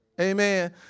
Amen